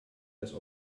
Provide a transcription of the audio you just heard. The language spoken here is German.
das